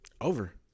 Over